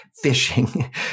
fishing